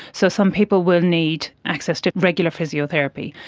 so some people will need access to regular physiotherapy.